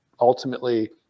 ultimately